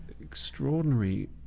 extraordinary